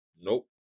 Nope